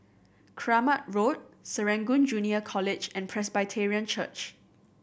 Kramat Road Serangoon Junior College and Presbyterian Church